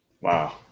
Wow